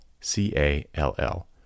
C-A-L-L